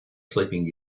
sleeping